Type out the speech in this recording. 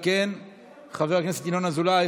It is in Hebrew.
חבר הכנסת ינון אזולאי,